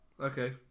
okay